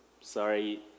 sorry